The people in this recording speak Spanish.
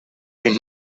que